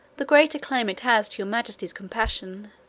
the greater claim it has to your majesty's compassion,